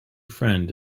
friend